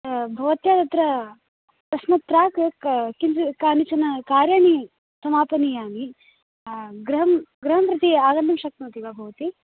भवत्या तत्र तस्मात् प्राक् किञ्चित् कानिचन कार्याणि समापनीयानि गृहं गृहं प्रति आगन्तुं शक्नोति वा भवती